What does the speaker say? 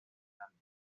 grandes